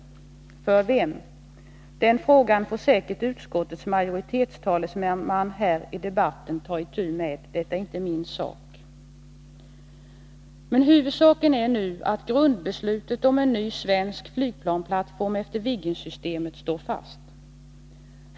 För vem? Den frågan får säkert utskottets majoritetstalesman här i debatten ta itu med. Detta är inte min sak. Huvudsaken är nu att grundbeslutet om en ny svensk flygplansplattform efter Viggensystemet står fast.